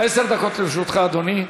עשר דקות לרשותך, אדוני.